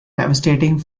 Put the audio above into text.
devastating